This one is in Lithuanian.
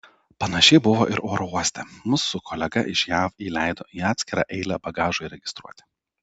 panašiai buvo ir oro uoste mus su kolega iš jav įleido į atskirą eilę bagažui registruoti